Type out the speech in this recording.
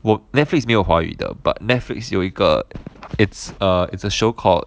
我 netflix 没有华语的 but netflix 有一个 it's a it's a show called